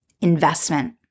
investment